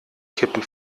kippen